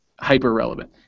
hyper-relevant